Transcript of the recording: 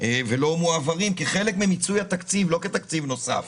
ולא מועברים כחלק ממיצוי התקציב, לא כתקציב נוסף?